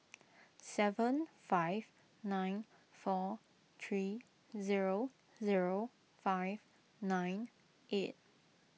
seven five nine four three zero zero five nine eight